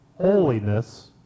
Holiness